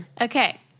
okay